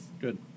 Good